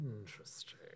Interesting